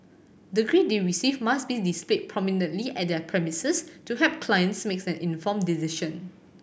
the grade they receive must be displayed prominently at their premises to help clients makes an informed decision